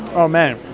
oh, man.